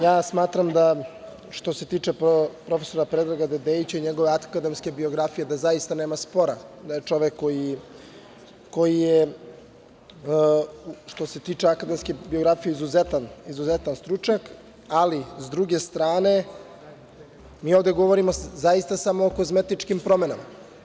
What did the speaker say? Ja smatram da, što se tiče profesora Predraga Dedeića i njegove akademske biografije, da zaista nema spora da je čovek koji je, što se tiče akademske biografije, izuzetan, izuzetan stručnjak, ali s druge strane, mi ovde govorimo zaista samo o kozmetičkim promenama.